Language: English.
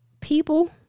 people